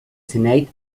senate